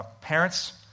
parents